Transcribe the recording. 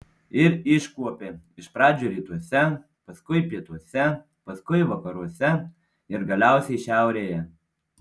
ir iškuopė iš pradžių rytuose paskui pietuose paskui vakaruose ir galiausiai šiaurėje